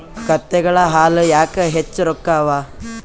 ಕತ್ತೆಗಳ ಹಾಲ ಯಾಕ ಹೆಚ್ಚ ರೊಕ್ಕ ಅವಾ?